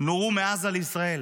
נורו מעזה לישראל,